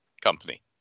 company